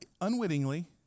unwittingly